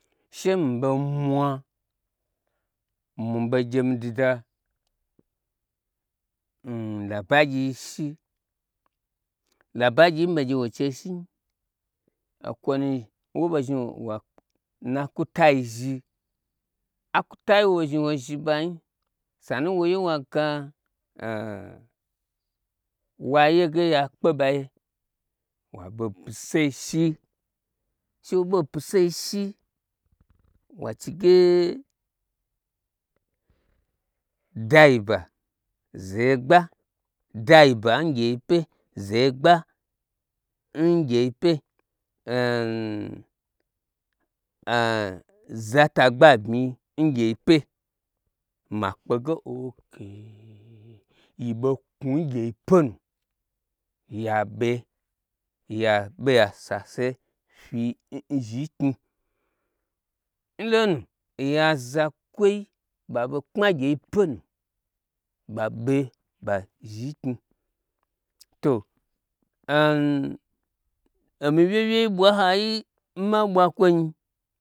She mi ɓei mwa mi ɓei gye mi duda nla bagyi shi labagyi n mi ɓei gye wo n chei shi nyi okwunu n woɓei zhni wa nna kwatai zhi akwu tai nwo ɓei zhni woi zhi banyi sanu woye waga waye ge ya kpe ɓaye wabe n pisei shi she wo ɓe n pisei shi wa chige ee. Gayi ba, zeye gba, gayiba ngyei pe, zeye gba ngyeipe, za ta gba n bmyi ngyei pe makpe ge okayeu yi ɓei knwu n gyei pe nu yaɓe yasase fyi n zhi knyi nlonu oya zakwoi ɓaɓei kpma n gei pe nu ɓaɓe ɓa zhin knyi to omi wyei wyei ɓwa n hayi nma ɓwa kwonyi.